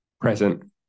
present